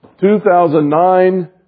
2009